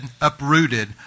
uprooted